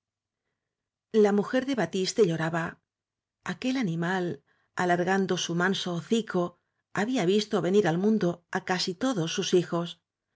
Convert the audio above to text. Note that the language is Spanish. la mujer de batiste lloraba aquel animal alargando su manso hocico había visto venir al mundo á casi todos sus hijos